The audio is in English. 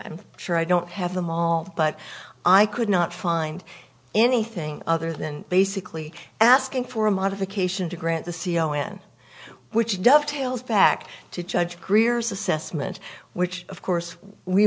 am sure i don't have them all but i could not find anything other than basically asking for a modification to grant the c o n which dovetails back to judge greer's assessment which of course we